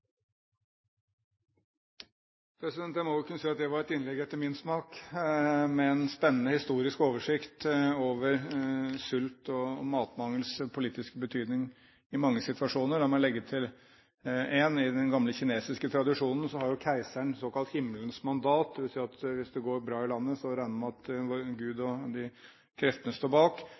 Jeg må vel kunne si at det var et innlegg etter min smak, med en spennende historisk oversikt over sultens og matmangelens politiske betydning i mange situasjoner. La meg legge til: I den gamle kinesiske tradisjonen hadde keiseren såkalt himmelens mandat. Det vil si at hvis det gikk bra i landet, så regnet man med at gud og de kreftene sto bak.